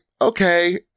okay